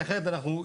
כי אחרת אנחנו,